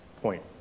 point